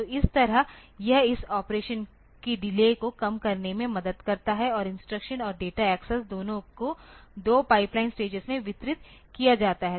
तो इस तरह यह इस ऑपरेशन की डिले को कम करने में मदद करता है और इंस्ट्रक्शन और डेटा एक्सेस दोनों को 2 पाइपलाइन स्टेजेस में वितरित किया जाता है